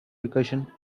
recursion